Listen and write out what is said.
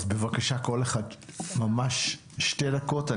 אז בבקשה שכל אחד ידבר ממש שתי דקות.